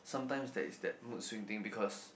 sometimes there is that mood swing thing because